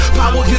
power